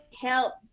help